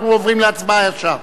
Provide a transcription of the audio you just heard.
אנחנו עוברים להצבעה ישר.